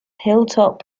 hilltop